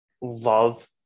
love